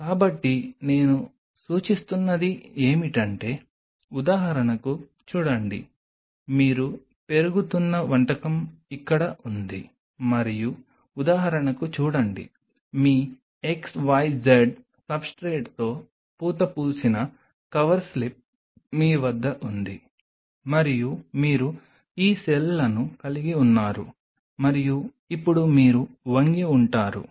కాబట్టి నేను సూచిస్తున్నది ఏమిటంటే ఉదాహరణకు చూడండి మీరు పెరుగుతున్న వంటకం ఇక్కడ ఉంది మరియు ఉదాహరణకు చూడండి మీ XYZ సబ్స్ట్రేట్తో పూత పూసిన కవర్ స్లిప్ మీ వద్ద ఉంది మరియు మీరు ఈ సెల్లను కలిగి ఉన్నారు మరియు ఇప్పుడు మీరు వంగి ఉంటారు